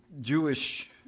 Jewish